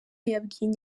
yabwiye